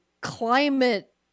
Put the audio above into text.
climate